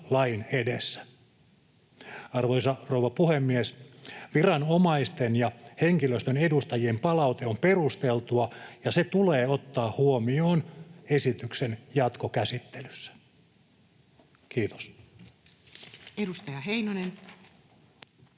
Arvoisa rouva puhemies! Viranomaisten ja henkilöstön edustajien palaute on perusteltua, ja se tulee ottaa huomioon esityksen jatkokäsittelyssä. — Kiitos. [Speech